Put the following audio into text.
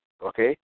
okay